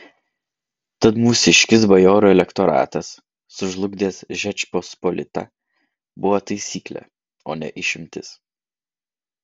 tad mūsiškis bajorų elektoratas sužlugdęs žečpospolitą buvo taisyklė o ne išimtis